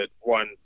one